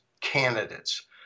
candidates